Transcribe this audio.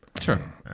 Sure